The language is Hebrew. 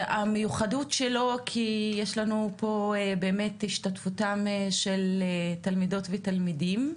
המיוחדות שלו היא משום שיש לנו השתתפות של תלמידות ותלמידים,